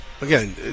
again